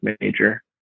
major